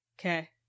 Okay